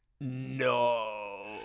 No